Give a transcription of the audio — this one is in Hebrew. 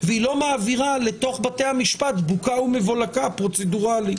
והיא לא מעבירה לבתי המשפט בוקה ומבולקה פרוצדורלי.